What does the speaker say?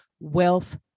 wealth